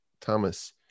thomas